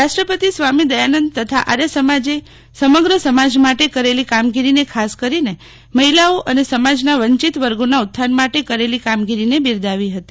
રાષ્ટ્રપતિ સ્વામી દયાનંદ તથા આર્ય સમાજે સમગ્ર સમાજ માટે કરેલી કામગીરીને ખાસ કરીને મહિલાઓ અને સમાજના વંચિત વર્ગોના ઉત્થાન માટે કરેલી કામગીરીને બિરદાવી હતી